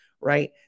right